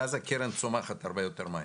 ואז הקרן צומחת הרבה יותר מהר.